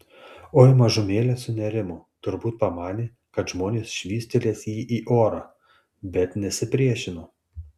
oi mažumėlę sunerimo turbūt pamanė kad žmonės švystelės jį į orą bet nesipriešino